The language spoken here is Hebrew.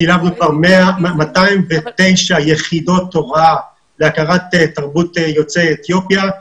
שילבנו כבר 209 יחידות הוראה להכרת תרבות יוצאי אתיופיה.